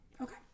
okay